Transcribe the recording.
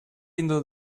into